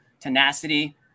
tenacity